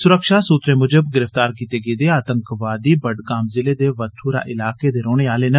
सुरक्षा सुत्तरें मुजब गिरफ्तार कीते गेदे आतंकवादी बडगाम जिले दे वथूरा इलाके दे रौहने आहले न